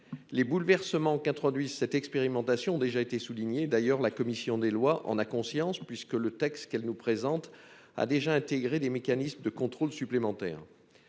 Les bouleversements qu'introduit une telle expérimentation ont déjà été soulignés. D'ailleurs, la commission des lois en a conscience, puisque le texte qu'elle nous présente a déjà intégré des mécanismes de contrôle supplémentaires.